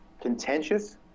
Contentious